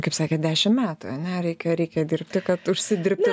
kaip sakėt dešim metų ane reikia reikia dirbti kad užsidirbti